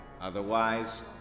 Otherwise